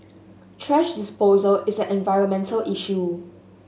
thrash disposal is an environmental issue